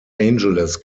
angeles